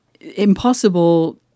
impossible